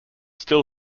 still